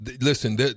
Listen